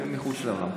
מחוץ לאולם.